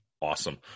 Awesome